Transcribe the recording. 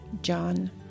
John